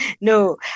No